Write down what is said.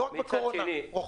לא רק בקורונה רוחבית.